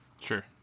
sure